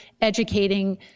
educating